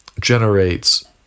generates